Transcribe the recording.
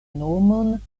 nomon